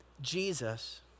Jesus